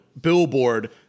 billboard